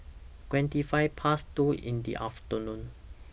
twenty five Past two in The afternoon